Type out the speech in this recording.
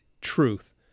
truth